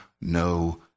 no